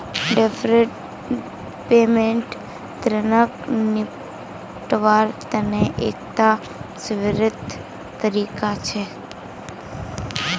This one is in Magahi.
डैफर्ड पेमेंट ऋणक निपटव्वार तने एकता स्वीकृत तरीका छिके